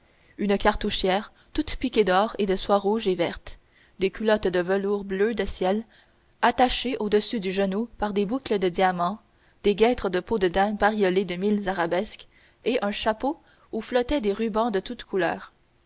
une cartouchière toute piquée d'or et de soie rouge et verte des culottes de velours bleu de ciel attachées au-dessous du genou par des boucles de diamants des guêtres de peau de daim bariolées de mille arabesques et un chapeau où flottaient des rubans de toutes couleurs